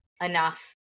enough